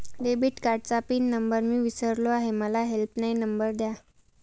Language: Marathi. डेबिट कार्डचा पिन नंबर मी विसरलो आहे मला हेल्पलाइन नंबर द्या